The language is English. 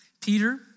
Peter